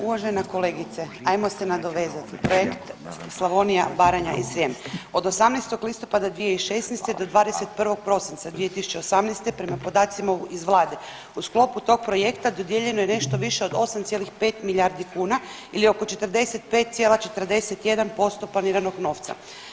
Uvažena kolegice, ajmo se nadovezati, Projekt Slavonija, Baranja i Srijem, od 18. listopada 2016. do 21. prosinca 2018. prema podacima iz vlade u sklopu tog projekta dodijeljeno je nešto više od 8,5 milijardi kuna ili oko 45,41% planiranog novca.